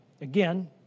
again